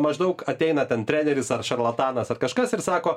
maždaug ateina ten treneris ar šarlatanas ar kažkas ir sako